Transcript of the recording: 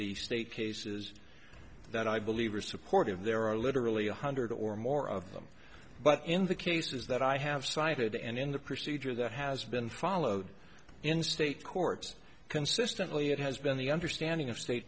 the state cases that i believe are supportive there are literally one hundred or more of them but in the cases that i have cited and in the procedure that has been followed in state courts consistently it has been the understanding of state